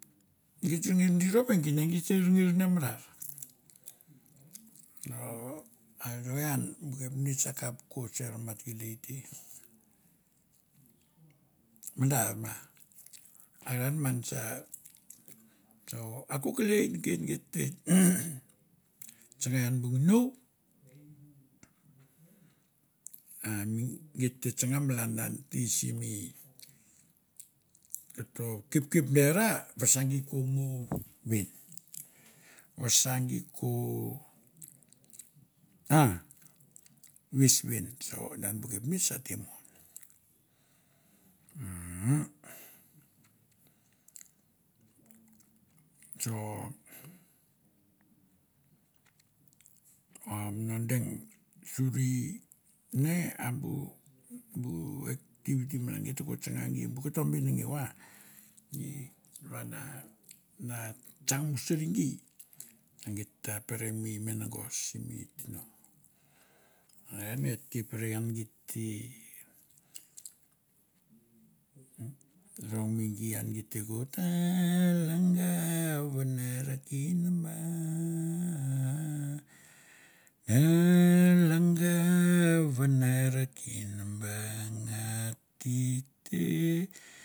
Git ringir i rom, e gi ne geit te ningir ne i marar oooh are ian bu kapnets akap ko ser mat kelei te. Madar ma are an man sa, so ako kelei neken geit te tsanga ian bu nginou a mi, geit te tsanga malan an te simi koto kepkepdi ra vasa gi ko mu ven, vasa gi ko a ves ven sivunan a bu kapnets a te mon, umm so om no deng suri ne am bu, bu bu activity malan geit ko tsanga gi, bu koto benengeu a i va na na tsang usuri gi, a geit te rongme gi ian gi te ko "ta langa u nere kin ma a a a langa ve ne ra kin banga ti te"